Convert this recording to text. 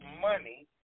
money